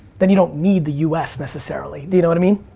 then you don't need the u s. necessarily. do you know what i mean?